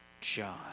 John